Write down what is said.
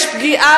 יש פגיעה,